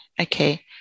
okay